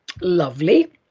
lovely